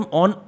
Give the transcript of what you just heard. on